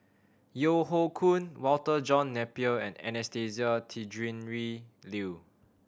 Yeo Hoe Koon Walter John Napier and Anastasia Tjendri Liew